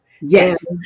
Yes